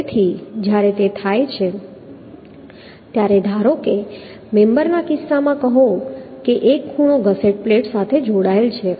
તેથી જ્યારે તે થાય ત્યારે ધારો કે મેમ્બરના કિસ્સામાં કહો કે એક ખૂણો ગસેટ પ્લેટ સાથે જોડાયેલ છે